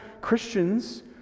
Christians